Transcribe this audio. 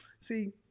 See